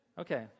Okay